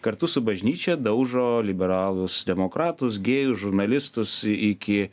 kartu su bažnyčia daužo liberalus demokratus gėjus žurnalistus iki